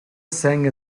sang